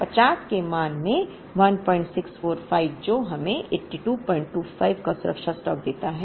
50 के मान में 1645 जो हमें 8225 का सुरक्षा स्टॉक देता है